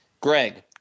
Greg